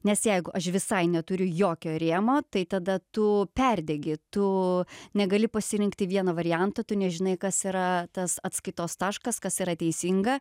nes jeigu aš visai neturiu jokio rėmo tai tada tu perdegi tu negali pasirinkti vieno varianto tu nežinai kas yra tas atskaitos taškas kas yra teisinga